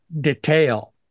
detail